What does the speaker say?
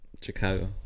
Chicago